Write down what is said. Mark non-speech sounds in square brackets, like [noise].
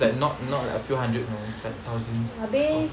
[breath] abeh